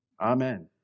Amen